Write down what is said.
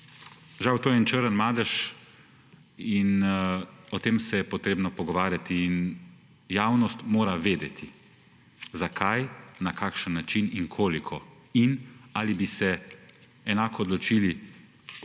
žal to je en črn madež in o tem se je potrebno pogovarjati. Javnost mora vedeti zakaj, na kakšen način in koliko ter ali bi se enako odločili še